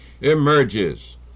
emerges